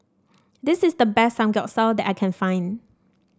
this is the best Samgyeopsal that I can find